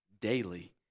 daily